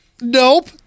nope